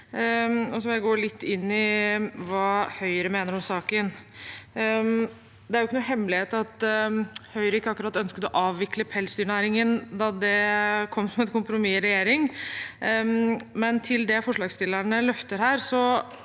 jeg gå litt inn i hva Høyre mener om saken. Det er ikke noen hemmelighet at Høyre ikke akkurat ønsket å avvikle pelsdyrnæringen da det kom som et kompromiss i regjering, men til det forslagsstillerne løfter her: